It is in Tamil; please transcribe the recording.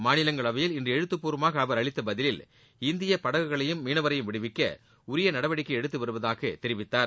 மாநிலங்களவையில் இன்று எழுத்தப்பூர்வமாக அவர் அளித்த பதிலில் இந்திய படகுகளையும் மீனவரையும் விடுவிக்க உரிய நடவடிக்கை எடுத்துவருவதாக தெரிவித்தார்